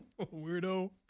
Weirdo